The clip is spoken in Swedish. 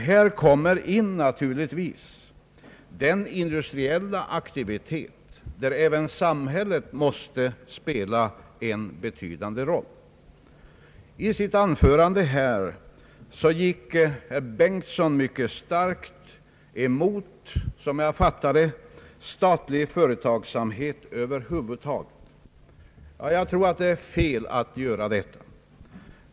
Här kommer naturligtvis den industriella aktiviteten in i bilden, och även där måste samhället spela en betydande roll. I sitt anförande nyss gick herr Bengtson, som jag fattade det, mycket starkt emot statlig företagsamhet över huvud taget. Jag tror att det är fel att göra det.